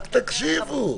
רק תקשיבו,